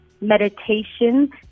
meditation